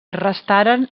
restaren